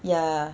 ya